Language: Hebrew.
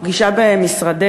גברתי השרה,